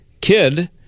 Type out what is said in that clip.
kid